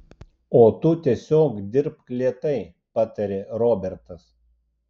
o tu tiesiog dirbk lėtai patarė robertas